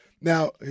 Now